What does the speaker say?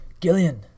Gillian